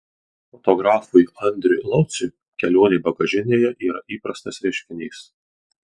fotografui andriui lauciui kelionė bagažinėje yra įprastas reiškinys